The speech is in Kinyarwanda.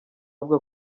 avuga